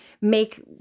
make